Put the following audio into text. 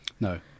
No